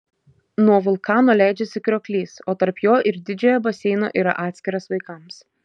nuo vulkano leidžiasi krioklys o tarp jo ir didžiojo baseino yra atskiras vaikams